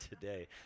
today